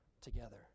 together